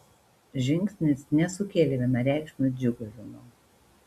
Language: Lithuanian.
žingsnis nesukėlė vienareikšmio džiūgavimo